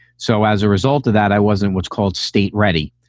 so as a result of that, i wasn't what's called state ready.